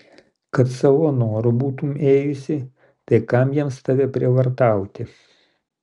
kad savo noru būtumei ėjus tai kam jiems tave prievartauti